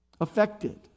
affected